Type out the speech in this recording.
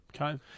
Okay